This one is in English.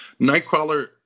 Nightcrawler